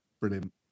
brilliant